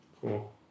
Cool